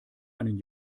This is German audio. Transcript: einen